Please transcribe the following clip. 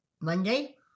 Monday